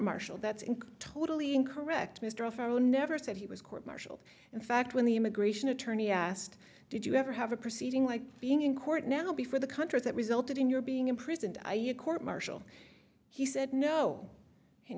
martialed that's in totally incorrect mr of our own never said he was court martialed in fact when the immigration attorney asked did you ever have a proceeding like being in court now before the country that resulted in your being imprisoned i e a court martial he said no and